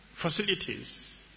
facilities